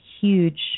huge